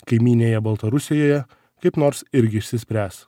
kaimynėje baltarusijoje kaip nors irgi išsispręs